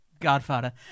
godfather